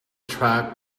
track